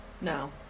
No